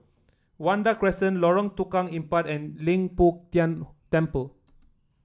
Vanda Crescent Lorong Tukang Empat and Leng Poh Tian Temple